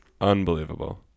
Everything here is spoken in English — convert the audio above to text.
unbelievable